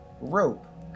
rope